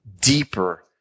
deeper